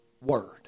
word